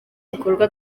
ibikorwa